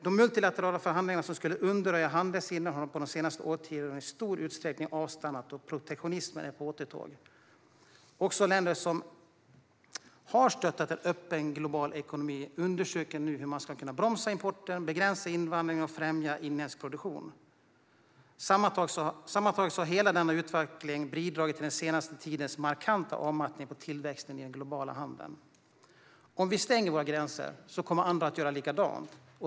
De multilaterala förhandlingar som skulle undanröja handelshindren har under det senaste årtiondet i stor utsträckning avstannat, och protektionismen är åter på intåg. Också länder som har stöttat en öppen global ekonomi undersöker nu hur de ska kunna bromsa importen, begränsa invandringen och främja inhemsk produktion. Sammantaget har hela denna utveckling bidragit till den senaste tidens markanta avmattning av tillväxten i den globala handeln. Om vi stänger våra gränser kommer andra att göra likadant.